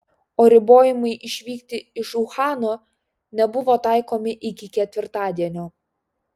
o ribojimai išvykti iš uhano nebuvo taikomi iki ketvirtadienio